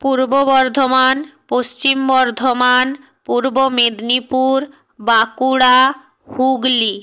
Purba Bardhaman Paschim Bardhaman Purba Medinipur Bankura Hooghly